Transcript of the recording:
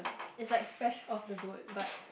it's like Fresh-Off-the-Boat but